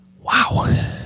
Wow